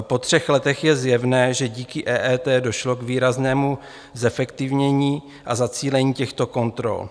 Po třech letech je zjevné, že díky EET došlo k výraznému zefektivnění a zacílení těchto kontrol.